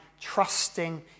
trusting